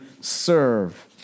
serve